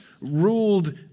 ruled